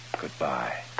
Goodbye